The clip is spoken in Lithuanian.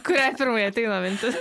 kuriai pirmai ateina mintis